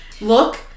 look